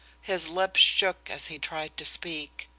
his lips shook as he tried to speak.